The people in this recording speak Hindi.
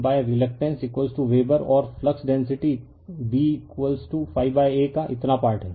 तो ∅m m f reluctance weber और फ्लक्स डेंसिटी B∅ A का इतना पार्ट हैं